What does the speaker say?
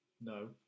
no